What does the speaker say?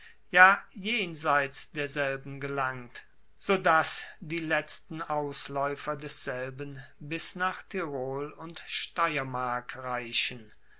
jenseits derselben gelangt sodass die letzten auslaeufer desselben bis nach tirol und steiermark reichen